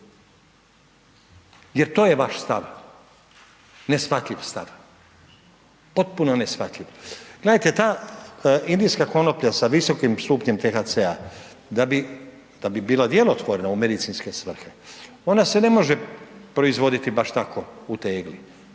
Jer to je vaš stav, neshvatljiv stav, potpuno neshvatljiv. Gledajte ta indijska konoplja, sa visokim stupnjem THC-a da bi bila djelotvorna u medicinske svrhe, ona se ne može proizvoditi baš tako u tegli,